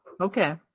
Okay